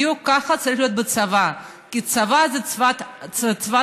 בדיוק כך צריך להיות בצבא, כי הצבא הוא צבא העם.